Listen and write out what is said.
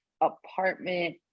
apartment